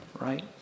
right